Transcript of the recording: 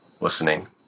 listening